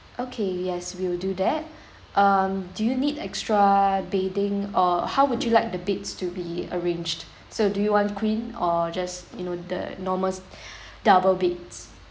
okay yes we'll do that um do you need extra bedding or how would you like the beds to be arranged so do you want queen or just you know the normal double beds